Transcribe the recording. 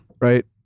Right